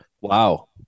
Wow